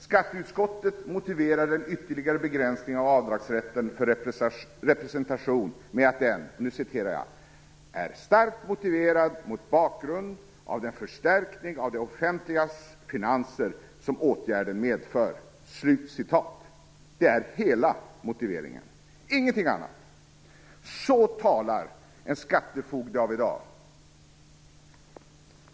Skatteutskottet motiverar den ytterligare begränsningen av avdragsrätten för representation med att den "är starkt motiverad mot bakgrund av den förstärkning av det offentligas finanser som åtgärden medför". Det är hela motiveringen, ingenting annat. Så talar en skattefogde av i dag!